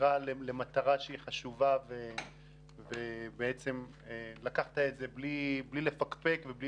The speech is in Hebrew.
חתירה למטרה שהיא חשובה ובעצם לקחת את זה בלי לפקפק ובלי